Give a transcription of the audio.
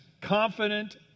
confident